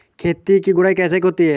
खेत की गुड़ाई कैसे होती हैं?